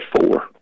four